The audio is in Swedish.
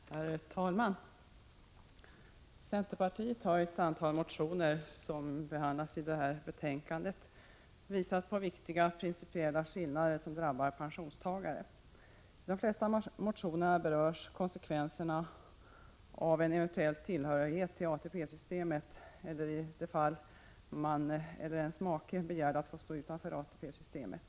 Herr talman! Centerpartiet har i ett antal motioner som behandlas i detta betänkande visat på viktiga principiella skillnader som drabbar pensionstagare. I de flesta motionerna berörs konsekvenserna av en eventuell tillhörighet till ATP-systemet eller de fall där man själv eller ens make begärt att få stå utanför ATP-systemet.